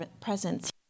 presence